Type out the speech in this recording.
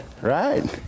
right